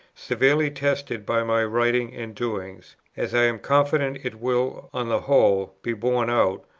severely tested by my writings and doings, as i am confident it will, on the whole, be borne out,